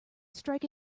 strike